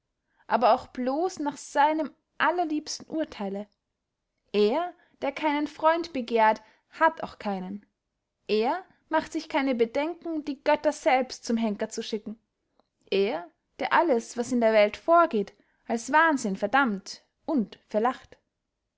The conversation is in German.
aber auch blos nach seinem allerliebsten urtheile er der keinen freund begehrt hat auch keinen er macht sich kein bedenken die götter selbst zum henker zu schicken er der alles was in der welt vorgeht als wahnsinn verdammt und verlacht